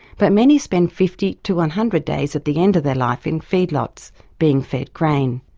but many spend fifty to one hundred days at the end of their life in feedlots being fed grain.